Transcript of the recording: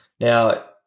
Now